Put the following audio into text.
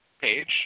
page